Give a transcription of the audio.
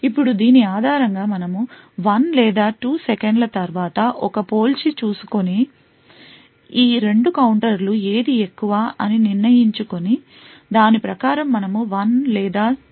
ఇప్పుడు దీని ఆధారంగా మనం 1 లేదా 2 సెకన్లు తర్వాత ఒక పోల్చి చూసుకొని ఈ 2 కౌంటర్లలో ఏది ఎక్కువ అని నిర్ణయించుకొని దాని ప్రకారం మనము 1 లేదా 0 అవుట్పుట్ ఇస్తాము